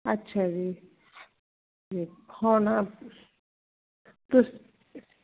ਅੱਛਾ ਜੀ ਤੇ ਹੁਣ ਤੁਸ